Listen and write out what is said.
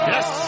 Yes